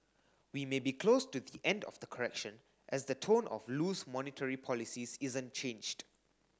we may be close to the end of the correction as the tone of loose monetary policies isn't changed